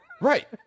Right